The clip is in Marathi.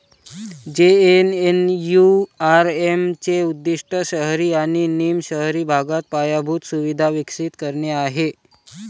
जे.एन.एन.यू.आर.एम चे उद्दीष्ट शहरी आणि निम शहरी भागात पायाभूत सुविधा विकसित करणे आहे